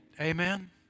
Amen